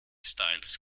styles